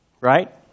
right